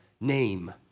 name